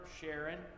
Sharon